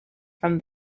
from